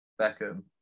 Beckham